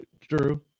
True